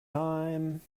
time